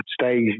stay